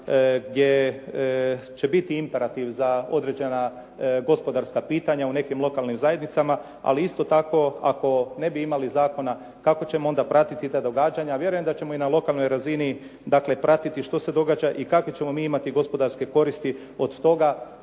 gdje će biti imperativ za određena gospodarska pitanja u nekim lokalnim zajednicama, ali isto tako ako ne bi imali zakona kako ćemo onda pratiti ta događanja. Vjerujem da ćemo i na lokalnoj razini dakle pratiti što se događa i kakve ćemo mi imati gospodarske koristi od toga,